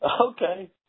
okay